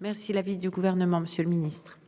Merci l'avis du gouvernement, Monsieur le Ministre.